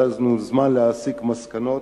יהיה לנו זמן להסיק מסקנות.